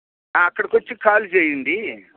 అక్కడకి వచ్చి కాల్ చేయండి